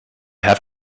have